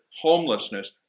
homelessness